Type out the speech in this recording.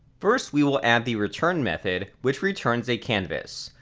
first we will add the return method, which returns a canvas.